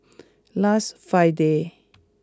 last Friday